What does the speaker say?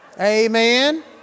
Amen